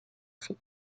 cyr